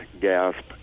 gasp